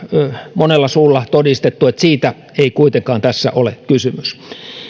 monella suulla todistettu että siitä ei kuitenkaan tässä ole kysymys